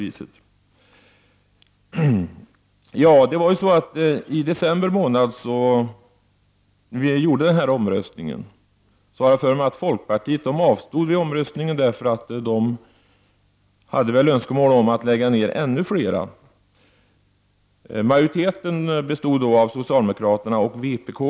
Vid omröstningen i december förra året vill jag minnas att folkpartiet avstod från att rösta. Önskemålet var väl att lägga ned ännu fler regementen. Majoriteten kom att bestå av socialdemokraterna och vpk.